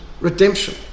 redemption